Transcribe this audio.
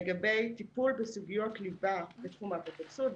לגבי טיפול בסוגיות ליבה בתחום האפוטרופסות,